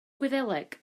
gwyddeleg